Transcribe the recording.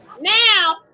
now